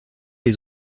les